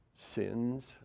Sins